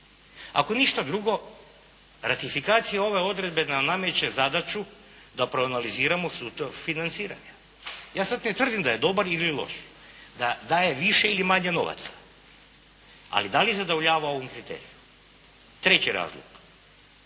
Ako ništa drugo, ratifikacija ove odredbe nam nameće zadaću da proanaliziramo koja su to financiranja. Ja sada ne tvrdim da je dobar ili loš, da daje više ili manje novaca, ali da li zadovoljava ovom kriteriju. Treći razlog,